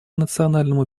национальному